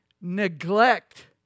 neglect